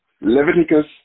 Leviticus